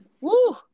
Woo